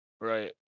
Right